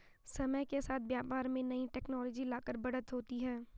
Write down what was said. समय के साथ व्यापार में नई टेक्नोलॉजी लाकर बढ़त होती है